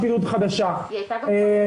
היא הייתה גם קודם.